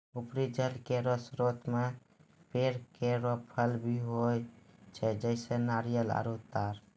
उपरी जल केरो स्रोत म पेड़ केरो फल भी होय छै, जैसें नारियल आरु तार